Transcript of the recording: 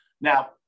Now